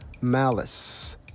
malice